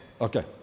okay